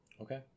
Okay